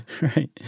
Right